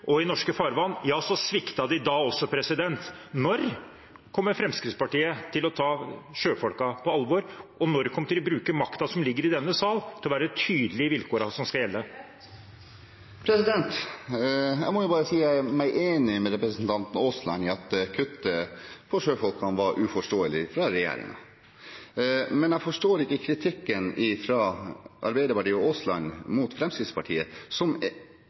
og i norske farvann, sviktet de da også. Når kommer Fremskrittspartiet til å ta sjøfolkene på alvor, og når kommer de til å bruke den makten som ligger i denne sal, til å være tydelige i vilkårene som skal gjelde? Jeg må bare si meg enig med representanten Aasland i at kuttet fra regjeringen for sjøfolkene var uforståelig, men jeg forstår ikke kritikken fra Arbeiderpartiet og Aasland mot Fremskrittspartiet, som beviselig er